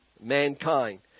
mankind